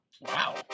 Wow